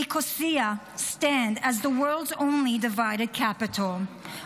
Nicosia stands as the world's only divided capital,